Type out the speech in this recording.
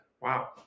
Wow